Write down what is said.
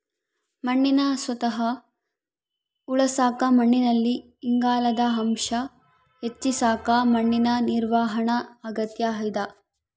ಮಣ್ಣಿನ ಸತ್ವ ಉಳಸಾಕ ಮಣ್ಣಿನಲ್ಲಿ ಇಂಗಾಲದ ಅಂಶ ಹೆಚ್ಚಿಸಕ ಮಣ್ಣಿನ ನಿರ್ವಹಣಾ ಅಗತ್ಯ ಇದ